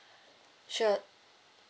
sure